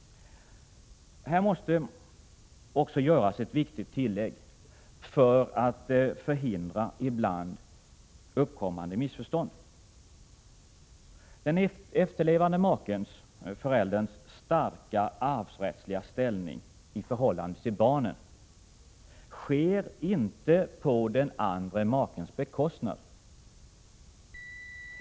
Här måste också göras ett viktigt tillägg för att förhindra ibland uppkommande missförstånd. Den efterlevande makens/förälderns starka arvsrättsliga ställning i förhållande till barnen är inte något som sker på den andre makens bekostnad.